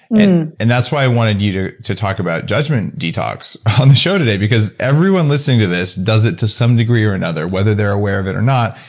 and and that's why i wanted you to to talk about judgment detox on the show today because everyone listening to this does it to some degree or another, whether they're aware of it or not.